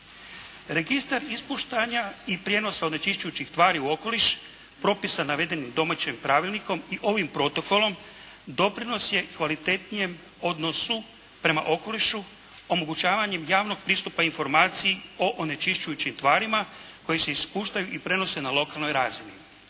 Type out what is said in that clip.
Registar ispuštanja i prijenosa onečišćujućih tvari u okoliš, propisa navedenih domaćim pravilnikom i ovim Protokolom doprinos je kvalitetnijem odnosu prema okolišu omogućavanjem javnog pristupa informaciji o onečišćujućim tvarima koje se ispuštaju i prenose na lokalnoj razini.